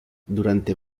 durante